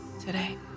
today